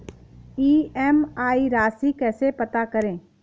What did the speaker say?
EMI राशि कैसे पता करें?